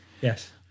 yes